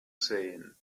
sehen